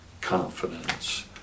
confidence